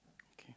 okay